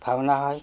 ভাওনা হয়